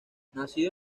nacido